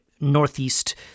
Northeast